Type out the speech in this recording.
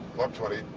um twenty.